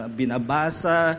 binabasa